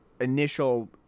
initial